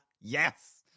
yes